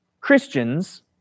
Christians